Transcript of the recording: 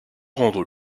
rendre